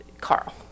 Carl